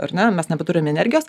ar ne mes nebeturim energijos